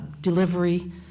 delivery